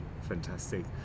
fantastic